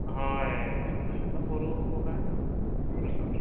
ᱦᱳᱭ ᱡᱟᱱᱛᱷᱟᱲᱫᱚ ᱵᱩᱨᱩ ᱵᱚᱸᱜᱟᱜᱮ ᱵᱩᱨᱩ ᱪᱚᱴ